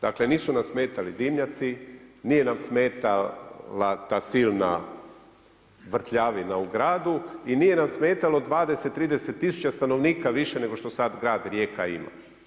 Dakle, nisu nas smetali dimnjaci, nije nam smetala ta silna vrtljavina u gradu i nije nam smetalo 20, 30 000 stanovnika više nego što sad grad Rijeka ima.